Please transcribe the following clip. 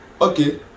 Okay